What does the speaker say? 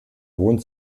hohen